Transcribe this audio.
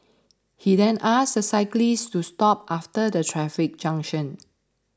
he then asked the cyclist to stop after the traffic junction